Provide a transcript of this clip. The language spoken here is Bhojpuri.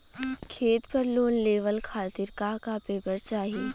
खेत पर लोन लेवल खातिर का का पेपर चाही?